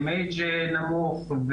AMH נמוך,